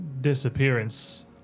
disappearance